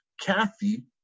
kathy